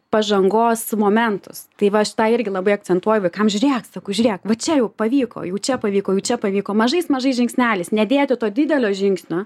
pažangos momentus tai va aš tą irgi labai akcentuoju vaikam žiūrėk sakau žiūrėk va čia jau pavyko jau čia pavyko jau čia pavyko mažais mažais žingsneliais nedėti to didelio žingsnio